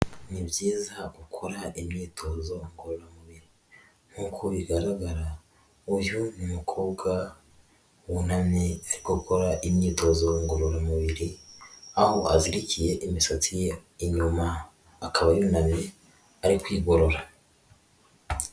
Ni byiza gukora imyitozo ngororamubiri, nk'uko bigaragara uyu ni umukobwa wunamye ari gukora imyitozo ngororamubiri, aho azirikiye imisatsi ye inyuma, akaba yunamye ari kwigorora.